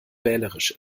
wählerisch